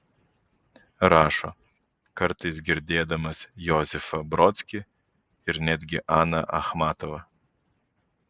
rašo kartais girdėdamas josifą brodskį ir netgi aną achmatovą